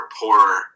poorer